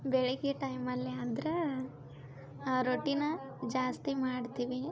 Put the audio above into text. ಬೆಳಗ್ಗೆ ಟೈಮಲ್ಲಿ ಆದರೆ ರೊಟ್ಟಿನ ಜಾಸ್ತಿ ಮಾಡ್ತೀವಿ